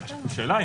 השאלה,